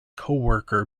coworker